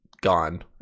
gone